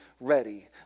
ready